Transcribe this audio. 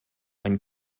ein